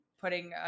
putting